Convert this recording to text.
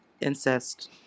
incest